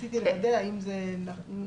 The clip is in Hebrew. רציתי להבין האם זה נכון.